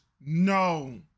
No